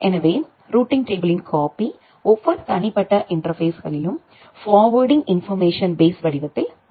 எனவே ரூட்டிங் டேபிளின் காப்பி ஒவ்வொரு தனிப்பட்ட இன்டர்பேஸ்களிலும் ஃபார்வேர்டிங் இன்போர்மேஷன் பேஸ் வடிவத்தில் வைக்கப்படுகிறது